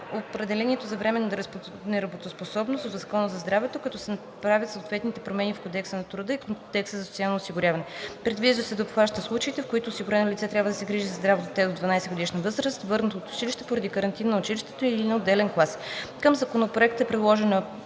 за временна неработоспособност в Закона за здравето като се правят съответните промени в Кодекса на труда и в Кодекса на социалното осигуряване. Предвижда се да обхваща случаите, в които осигурено лице трябва да се грижи за здраво дете до 12-годишна възраст върнато от училище поради карантина на училището или на отделен клас. Към законопроекта е приложена